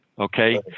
Okay